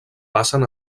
passen